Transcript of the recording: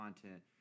content